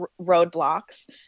roadblocks